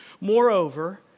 Moreover